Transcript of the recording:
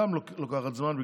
לוקח זמן,